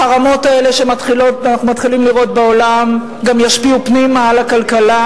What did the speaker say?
החרמות האלה שאנחנו מתחילים לראות בעולם גם ישפיעו פנימה על הכלכלה,